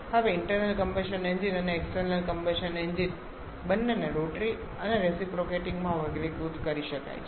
હવે internal combustion engine અને external combustion engine બંનેને રોટરી અને રેસીપ્રોકેટીંગમાં વર્ગીકૃત કરી શકાય છે